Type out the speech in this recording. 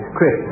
Chris